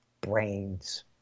Brains